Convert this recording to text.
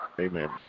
Amen